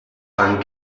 fan